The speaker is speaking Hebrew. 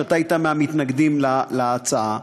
שאתה היית מהמתנגדים להצעה,